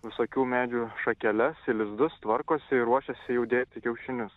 visokių medžių šakeles į lizdus tvarkosi ruošiasi jau dėti kiaušinius